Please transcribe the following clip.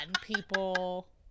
people